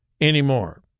anymore